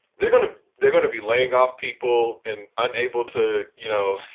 they're going to they're gonna be laying off people and unable to you know,